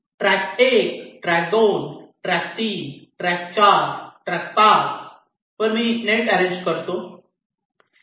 track 1 track 2 track 3 आणि track 4 5 वर मी नेट अरेंज करतो